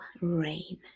rain